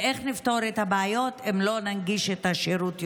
ואיך נפתור את הבעיות אם לא ננגיש את השירות יותר?